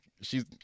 shes